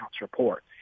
report